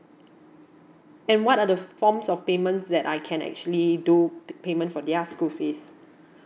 and what are the forms of payments that I can actually do payment for their school fees